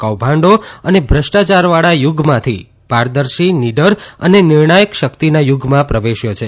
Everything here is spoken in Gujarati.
કૌભાંડ ને ભ્રષ્ટાચારવાળા યુગમાંથી પારદર્શિ નીડર ને નિર્ણાયક શક્તિના યુગમાં પ્રવેશ્ય છે